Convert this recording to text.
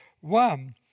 One